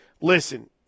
listen